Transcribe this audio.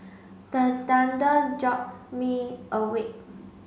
the thunder jolt me awake